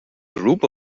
group